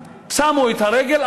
שמו את הרגל,